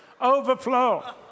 Overflow